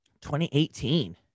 2018